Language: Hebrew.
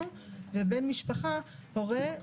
"בן משפחה" הורה,